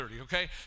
okay